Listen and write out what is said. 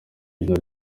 izina